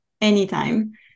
anytime